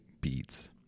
beads